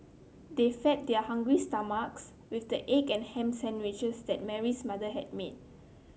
they fed their hungry stomachs with the egg and ham sandwiches that Mary's mother had made